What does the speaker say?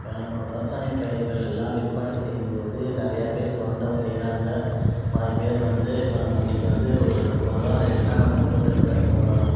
இப்போ நம்ம விவசாயப் பயிர்கள் எல்லாம் விற்பனை செய்யும் போது நிறைய பேர் சொரண்டவும் செய்கிறாங்க பாதி பேர் வந்து இப்போ நம்ம இன்றைக்கு வந்து ஒரு முப்பது ரூபா ரேட்டுனா நம்ம முப்பத்ரெண்டு ரூபாய்க்கு போடணும்